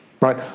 right